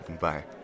Bye